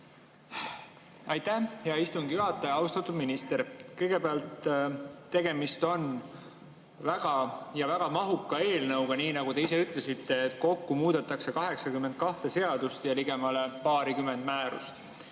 Aitäh, hea istungi juhataja! Austatud minister! Kõigepealt, tegemist on väga mahuka eelnõuga, nii nagu te ise ütlesite. Kokku muudetakse 82 seadust ja ligemale paarikümmet määrust,